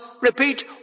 Repeat